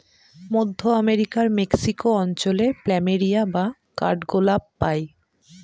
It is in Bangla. মধ্য আমেরিকার মেক্সিকো অঞ্চলে প্ল্যামেরিয়া বা কাঠগোলাপ পাই